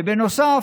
ובנוסף,